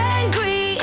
angry